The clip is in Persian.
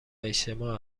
اجتماع